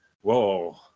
whoa